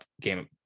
game